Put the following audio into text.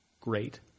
great